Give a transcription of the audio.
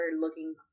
looking